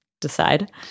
decide